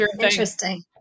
Interesting